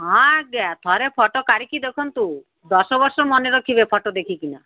ହଁ ଆଜ୍ଞା ଥରେ ଫୋଟ କାଢ଼ିକି ଦେଖନ୍ତୁ ଦଶ ବର୍ଷ ମାନେ ରଖିବେ ଫୋଟ ଦେଖିକିନା